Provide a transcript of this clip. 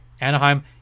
Anaheim